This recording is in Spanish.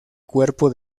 cuerpo